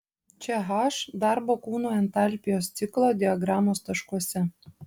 čia h darbo kūnų entalpijos ciklo diagramos taškuose